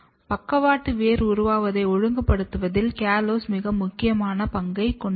பக்கவாட்டு வேர் உருவாவதை ஒழுங்குபடுத்துவதில் காலோஸ் மிக முக்கியமான பங்கைக் கொண்டுள்ளது